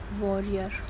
warrior